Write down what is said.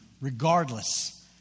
regardless